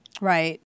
Right